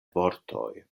vortoj